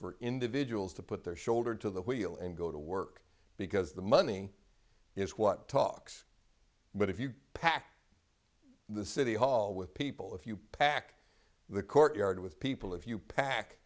for individuals to put their shoulder to the wheel and go to work because the money is what talks but if you pack the city hall with people if you pack the courtyard with people if you pack